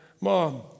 mom